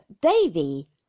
Davy